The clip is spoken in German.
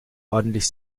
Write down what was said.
ordentlich